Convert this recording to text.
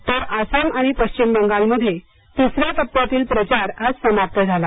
तर आसाम आणि पश्चिम बंगाल मध्ये तिसर्या टप्प्यातील प्रचार आज समाप्त झाला